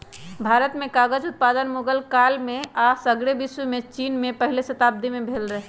भारत में कागज उत्पादन मुगल काल में आऽ सग्रे विश्वमें चिन में पहिल शताब्दी में भेल रहै